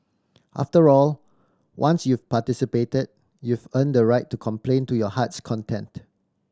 after all once you've participated you've earned the right to complain to your heart's content